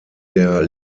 der